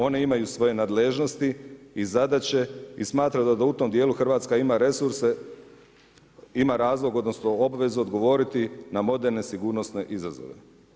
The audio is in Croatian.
One imaju svoje nadležnosti i zadaće i smatraju da u tom djelu Hrvatska ima resurse, ima razlog odnosno obvezu odgovoriti na moderne sigurnosne izazove.